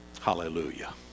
Hallelujah